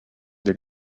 des